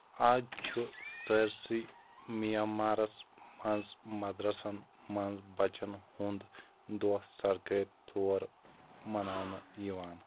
آز چھُ سٲرِسٕے مَیانمارس منٛز مدرَسن منٛز بَچن ہُنٛد دۄہ سركٲرۍ طور مَناونہٕ یِوان